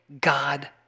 God